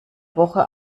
woche